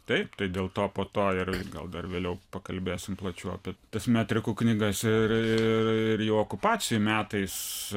taip tai dėl to po to ir gal dar vėliau pakalbėsim plačiau apie tas metrikų knygas ir jau okupacijų metais